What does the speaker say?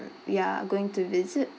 we are going to visit